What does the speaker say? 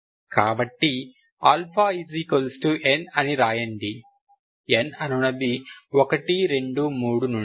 కాబట్టి αn అని వ్రాయండి n అనునది 1 2 3 నుండి